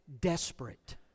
desperate